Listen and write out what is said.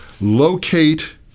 locate